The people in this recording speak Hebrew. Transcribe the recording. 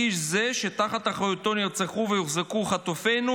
איש זה שתחת אחריותו נרצחו והוחזקו חטופינו,